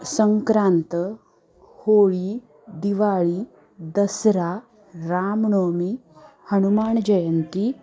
Sankrant Holi Diwali Dussehra Ram Navami Hanuman Jayanti